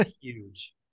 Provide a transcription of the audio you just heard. huge